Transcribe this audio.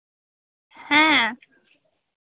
ᱦᱮᱸ